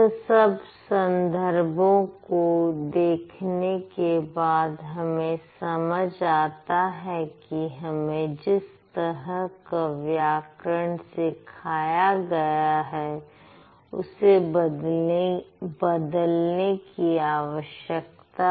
यह सब संदर्भों को देखने के बाद हमें समझ आता है कि हमें जिस तरह का व्याकरण सिखाया गया है उसे बदलने की आवश्यकता है